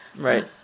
Right